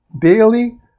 daily